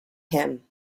him